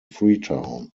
freetown